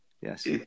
Yes